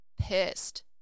pissed